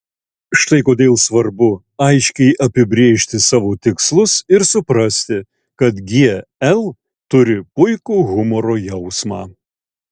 štai kodėl svarbu aiškiai apibrėžti savo tikslus ir suprasti kad gl turi puikų humoro jausmą